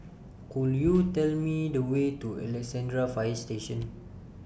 Could YOU Tell Me The Way to Alexandra Fire Station